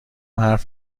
حرف